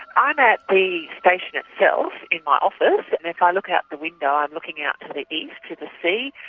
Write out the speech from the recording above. i'm at the station itself, in my office, and if i look out the window, ah i'm looking out to the east to the sea.